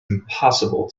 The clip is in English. impossible